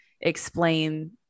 explain